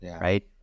right